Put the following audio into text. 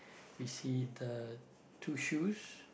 we see the two shoes